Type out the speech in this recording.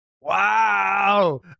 Wow